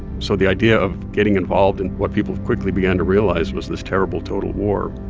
so the idea of getting involved in what people quickly began to realize was this terrible total war,